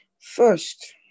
first